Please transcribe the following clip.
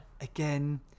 again